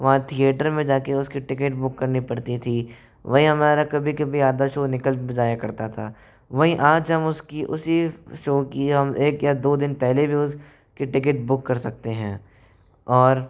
वहाँ थिएटर में जा के उस की टिकेट बुक करनी पड़ती थी वहीं हमारा कभी कभी आधा शो निकल भी जाया करता था वहीं आज हम उसकी उसी शो की हम एक या दो दिन पहले भी उस की टिकेट बुक कर सकते हैं और